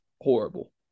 horrible